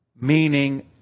meaning